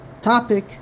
topic